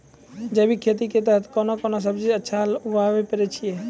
जैविक खेती के तहत कोंन कोंन सब्जी अच्छा उगावय पारे छिय?